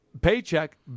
paycheck